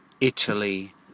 Italy